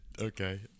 Okay